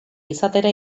izatera